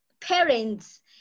parents